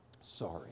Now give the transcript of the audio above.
sorry